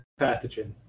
pathogen